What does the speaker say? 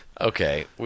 Okay